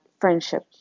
friendship